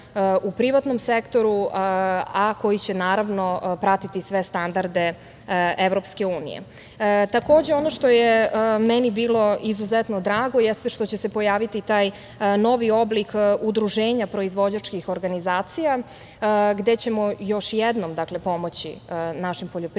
u privatnom sektoru, a koji će naravno pratiti sve standarde EU.Takođe ono što je meni bilo izuzetno drago, jeste što će se pojaviti i taj novi oblik udruženja proizvođačkih organizacija gde ćemo još jednom pomoći našim poljoprivrednicima,